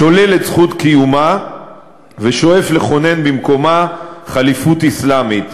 שולל את זכות קיומה ושואף לכונן במקומה ח'ליפות אסלאמית.